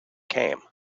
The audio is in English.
came